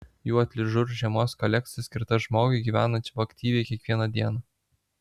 jų atližur žiemos kolekcija skirta žmogui gyvenančiam aktyviai kiekvieną dieną